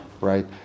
right